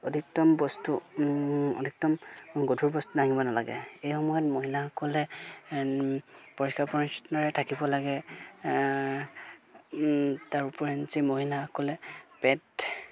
অধিকতম বস্তু অধিকতম গধুৰ বস্তু দাঙিব নালাগে এই সময়ত মহিলাসকলে পৰিষ্কাৰ পৰিচ্ছন্নতাৰে থাকিব লাগে তাৰ উপৰঞ্চি মহিলাসকলে পেট